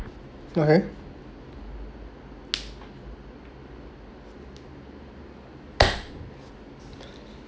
okay